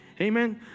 Amen